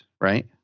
right